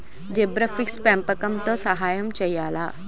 Zebrafish పెంపకం సమస్యలతో సహాయం చేయాలా?